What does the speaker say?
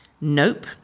Nope